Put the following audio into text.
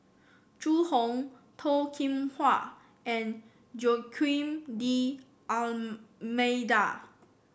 Zhu Hong Toh Kim Hwa and Joaquim D'Almeida